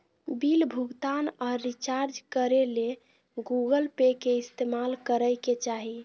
bill भुगतान आर recharge करे ले गूगल पे के इस्तेमाल करय के चाही